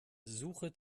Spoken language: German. suche